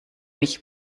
mich